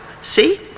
see